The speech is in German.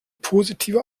positive